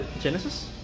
genesis